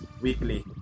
Weekly